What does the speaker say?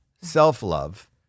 self-love